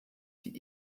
die